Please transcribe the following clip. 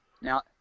Now